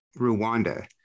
Rwanda